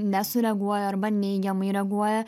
nesureaguoja arba neigiamai reaguoja